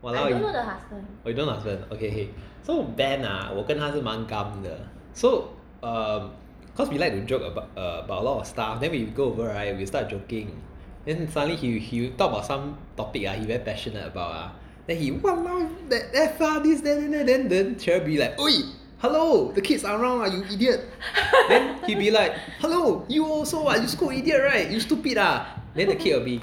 !walao! oh you don't know the husband okay okay so ben ah 我跟他是蛮 gam 的 so uh cause we like to joke about a lot of stuff then we go over right we'll start joking then suddenly he he talk about some topic ah that he very passionate about ah then he !walao! that that that that then sherry will be like !oi! hello the kids are around lah you idiot then he'll be like hello you also what you scold idiot right you stupid ah then the kid will be